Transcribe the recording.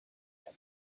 had